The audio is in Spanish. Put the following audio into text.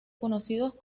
conocidos